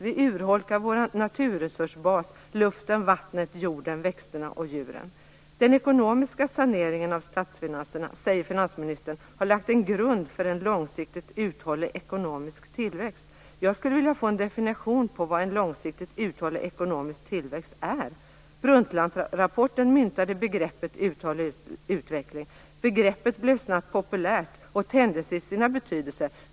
Vi urholkar vår naturresursbas; luften, vattnet, jorden, växterna och djuren. Finansministern säger att den ekonomiska saneringen av statsfinanserna har lagt en grund för en långsiktigt uthållig ekonomisk tillväxt. Jag skulle vilja få en definition på vad en långsiktigt uthållig ekonomisk tillväxt är. Brundtlandrapporten myntade begreppet "uthållig utveckling". Begreppet blev snabbt populärt och tänjdes i sina betydelser.